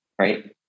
Right